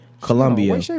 Colombia